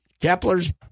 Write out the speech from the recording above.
Kepler's